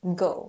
go